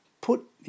put